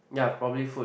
ya probably food